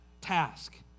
task